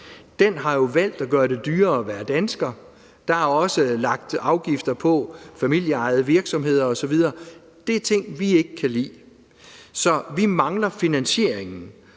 har valgt at gøre det dyrere at være dansker, og der er også lagt afgifter på familieejede virksomheder osv., og det er ting, vi ikke kan lide. Så vi mangler finansieringen,